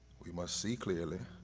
we must see clearly,